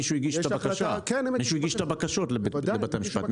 מישהו הגיש את הבקשות לבית המשפט,